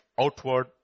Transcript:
outward